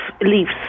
leaves